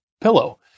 pillow